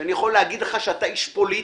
שאני יכול להגיד לך שאתה איש פוליטי,